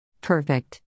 perfect